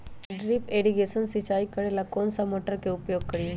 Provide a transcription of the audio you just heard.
Drip irrigation सिंचाई करेला कौन सा मोटर के उपयोग करियई?